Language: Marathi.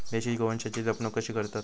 देशी गोवंशाची जपणूक कशी करतत?